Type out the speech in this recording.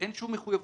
אין ויכוח